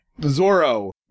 Zorro